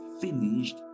finished